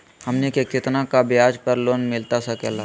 हमनी के कितना का ब्याज पर लोन मिलता सकेला?